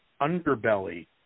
underbelly